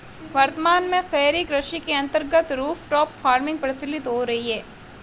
वर्तमान में शहरी कृषि के अंतर्गत रूफटॉप फार्मिंग प्रचलित हो रही है